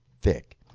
thick